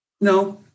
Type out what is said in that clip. no